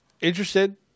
interested